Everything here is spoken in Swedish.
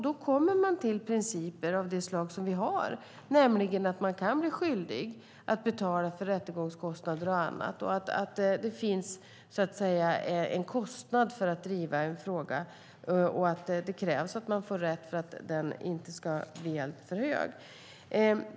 Då kommer vi till principer av det slag vi har, nämligen att man kan bli skyldig att betala för rättegångskostnader och annat. Det finns så att säga en kostnad för att driva en fråga, och det krävs att man får rätt för att den inte ska bli alltför hög.